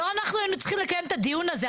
לא אנחנו היינו צריכים לקיים את הדיון הזה.